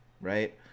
right